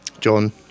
John